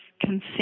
consent